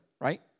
right